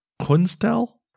Kunstel